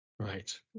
Right